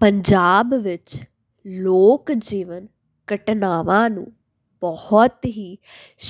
ਪੰਜਾਬ ਵਿੱਚ ਲੋਕ ਜੀਵਨ ਘਟਨਾਵਾਂ ਨੂੰ ਬਹੁਤ ਹੀ